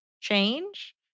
Change